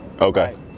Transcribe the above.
Okay